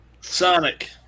Sonic